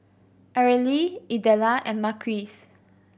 Arely Idella and Marquis